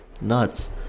Nuts